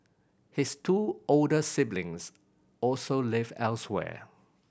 his two older siblings also live elsewhere